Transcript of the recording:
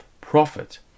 profit